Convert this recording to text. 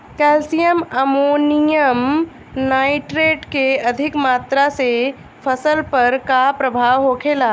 Calcium ammonium nitrate के अधिक मात्रा से फसल पर का प्रभाव होखेला?